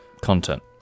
content